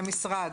מהמשרד.